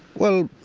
well,